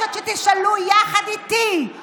יש גל טרור בירושלים, פיגועים אחרי פיגועים.